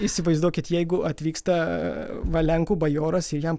įsivaizduokit jeigu atvyksta va lenkų bajoras ir jam